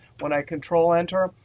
when i control-enter,